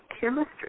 chemistry